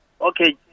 Okay